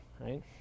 right